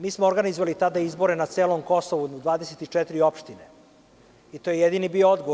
Mi smo organizovali tada izbore na celom Kosovu u 24 opštine i to je bilo jedini odgovor.